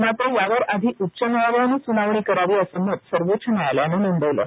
मात्र यावर आधी उच्च न्यायालयाने सुनावणी करावी असे मत सर्वोच्च न्यायालयानं नोंदवलं आहे